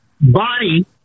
body